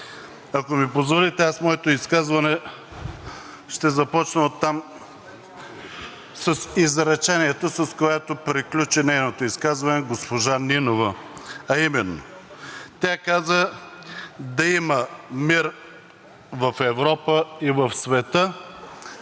Ако ми позволите, аз моето изказване ще започна оттам – с изречението, с което приключи нейното изказване госпожа Нинова, а именно тя каза: „Да има мир в Европа и в света“,